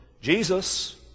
Jesus